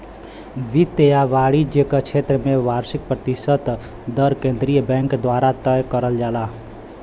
वित्त या वाणिज्य क क्षेत्र में वार्षिक प्रतिशत दर केंद्रीय बैंक द्वारा तय करल जाला